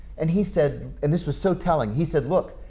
and he said, and this was so telling, he said, look,